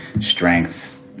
strength